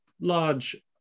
large